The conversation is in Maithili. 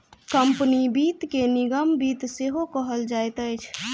कम्पनी वित्त के निगम वित्त सेहो कहल जाइत अछि